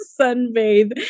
sunbathe